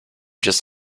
just